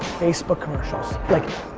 facebook commercials. like